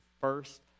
first